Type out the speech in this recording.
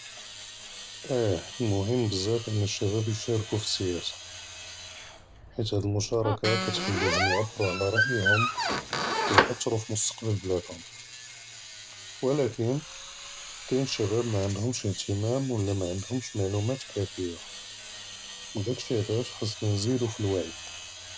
אִיֵה מֻהִימּ בְּזַאף אַנּוּ שַבַּאב יִשַּארְקוּ פִי אֶסְסִיַאסָה, חֵית הַדִּי לִמּוּשַארַכַה כּתְחַלִּיהּוּם יַעְבְּרוּ עַלَى רַאיוֹם וּיַאַתְּרוּ פִי מוּסְתַקְבַּל בְּלַאדְהוּם וְלָקִין קַאיִן שַבַּאב מַעַנְדְהוּם־ש אִהְתִמַּאם וְלָא מַעַנְדְהוּם מְעְלּוּמָאת כַּפַּאיה, וּדָּאקּ שִי עַלַאש חַאסְנַא נְזִידוּ פִי לְוַעִי.